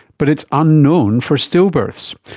but it's unknown for stillbirths.